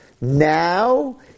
Now